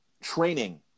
training